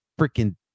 freaking